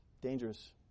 Dangerous